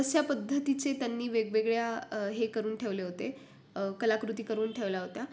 तशा पद्धतीचे त्यांनी वेगवेगळ्या हे करून ठेवले होते कलाकृती करून ठेवल्या होत्या